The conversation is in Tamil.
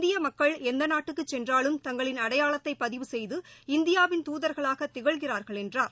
இந்திய மக்கள் எந்த நாட்டுக்குச் சென்றாலும் தங்களின் அடையாளத்தை பதிவு செய்து இந்தியாவின் தூதர்களாக திகழ்கிறார்கள் என்றார்